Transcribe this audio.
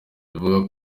ivuga